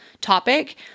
topic